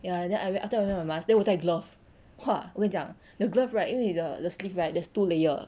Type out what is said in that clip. ya then I wear after I wear my mask then 我带 glove !wah! 我跟你讲 the glove right 因为你的 the sleeve right there's two layer